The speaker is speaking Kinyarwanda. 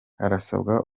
harasabwa